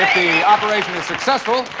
the operation is successful,